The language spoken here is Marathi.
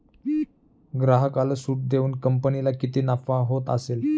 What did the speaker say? ग्राहकाला सूट देऊन कंपनीला किती नफा होत असेल